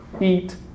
eat